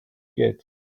get